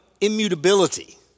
immutability